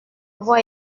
avoir